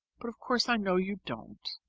but of course i know you don't.